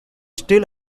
still